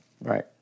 Right